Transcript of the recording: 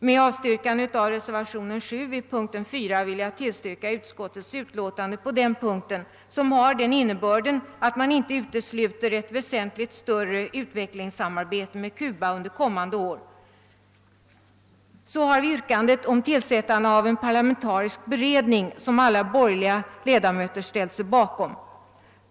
Med avstyrkande av reservation 7 vid punkten 4 vill jag tillstyrka utskottets hemställan på denna punkt, som innebär att man inte utesluter ett väsentligt större utvecklingssamarbete med Cuba under kommande år. Så har vi det yrkande om tillsättande av en parlamentarisk beredning som alla borgerliga ledamöter har ställt sig bakom.